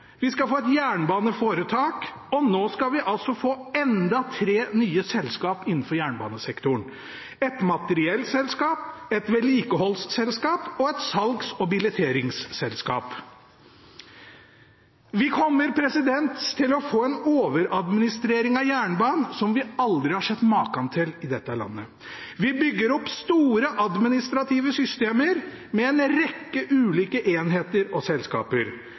Vi skal få et jernbaneforetak. Og nå skal vi altså få enda tre nye selskaper innenfor jernbanesektoren – et materiellselskap, et vedlikeholdsselskap og et salgs- og billetteringsselskap. Vi kommer til å få en overadministrering av jernbanen som vi aldri har sett maken til i dette landet. Vi bygger opp store administrative systemer med en rekke ulike enheter og selskaper.